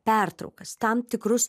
pertraukas tam tikrus